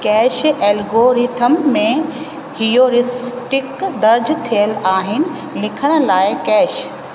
cash algorithm में heuristic दर्ज थियल आहिनि लिखण लाइ कैश